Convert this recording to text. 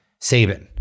Saban